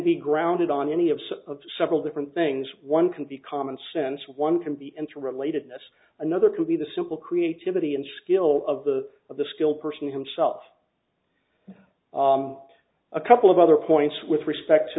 be grounded on any of several different things one can be commonsense one can be interrelatedness another could be the simple creativity and skill of the of the skilled person himself a couple of other points with respect to